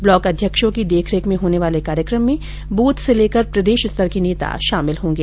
block अध्यक्षों की देखरेख में होने वाले कार्यक्रम में बूथ से लेकर प्रदेश स्तर के नेता शामिल होंगे